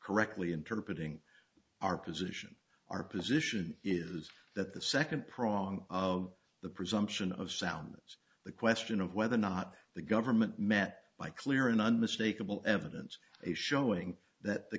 correctly interpreting our position our position is that the second prong of the presumption of sound the question of whether or not the government met by clear and unmistakable evidence showing that the